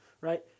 right